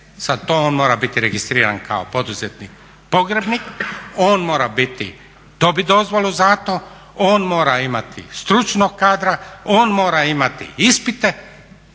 sad to on mora biti registriran kao poduzetnik pogrebnik, on mora dobiti dozvolu za to, on mora imati stručnog kadra, on mora imati ispite